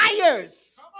liars